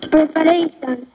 Preparation